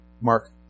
Mark